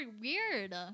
weird